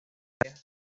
tareas